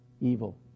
evil